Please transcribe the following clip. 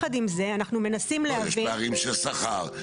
יש פערים של שכר,